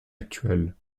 actuelle